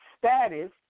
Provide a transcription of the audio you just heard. Status